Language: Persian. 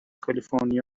کالیفرنیا